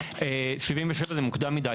77 זה מוקדם מידי.